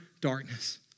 darkness